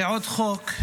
זה עוד חוק.